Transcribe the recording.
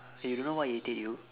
you don't know what irritate you